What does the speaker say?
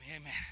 amen